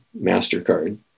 Mastercard